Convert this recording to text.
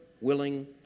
willing